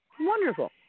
Wonderful